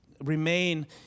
remain